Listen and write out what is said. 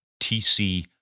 TC